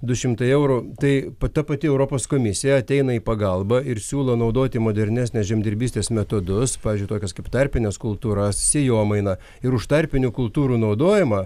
du šimtai eurų tai ta pati europos komisija ateina į pagalbą ir siūlo naudoti modernesnę žemdirbystės metodus pavyzdžiui tokias kaip tarpines kultūras sėjomainą ir už tarpinių kultūrų naudojimą